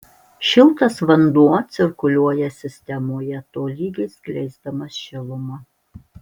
šiltas vanduo cirkuliuoja sistemoje tolygiai skleisdamas šilumą